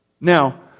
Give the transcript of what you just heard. Now